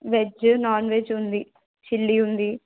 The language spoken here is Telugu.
వెజ్ నాన్ వెజ్ ఉంది చిల్లీ ఉంది